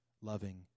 loving